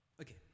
okay